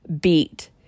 beat